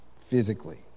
physically